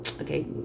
Okay